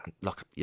Look